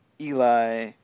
Eli